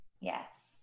Yes